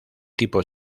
tipo